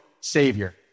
Savior